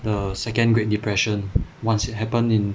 the second great depression once it happened in